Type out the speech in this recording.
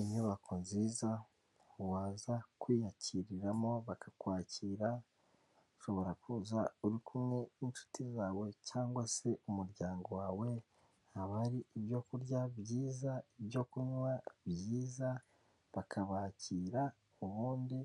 Inyubako nziza waza kwiyakiriramo bakakwakira ushobora kuza uri kumwe n'inshuti zawe cyangwa se umuryango wawe, haba hari ibyo kurya byiza, ibyo kunywa byiza bakabakira ubundi